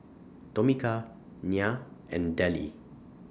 Tomika Nya and Dellie